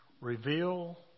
Reveal